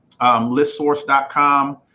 listsource.com